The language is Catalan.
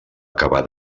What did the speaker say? acabar